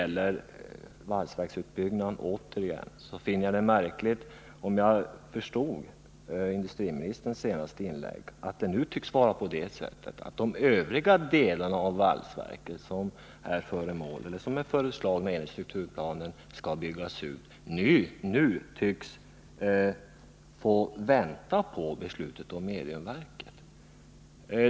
Beträffande valsverksutbyggnaden finner jag det märkligt — om jag förstod industriministern rätt — att beslutet om utbyggnaden av de övriga delarna av valsverket, som enligt strukturplanen föreslagits bli utbyggda, nu verkar bli uppskjutet tills det föreligger ett beslut om mediumverket.